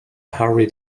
harvey